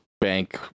bank